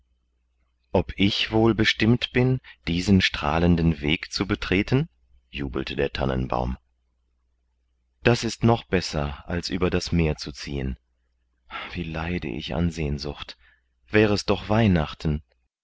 ob ich wohl bestimmt bin diesen strahlenden weg zu betreten jubelte der tannenbaum das ist noch besser als über das meer zu ziehen wie leide ich an sehnsucht wäre es doch weihnachten